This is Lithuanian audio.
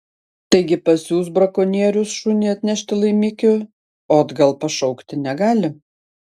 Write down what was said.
taigi pasiųs brakonierius šunį atnešti laimikio o atgal pašaukti negali